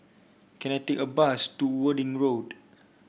can I take a bus to Worthing Road